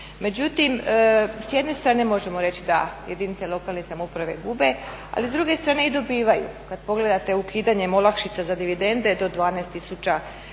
Međutim s jedne strane možemo reći da jedinice lokalne samouprave gube ali i s druge strane dobivaju. Kada pogledate ukidanjem olakšica za dividende do 12